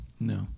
No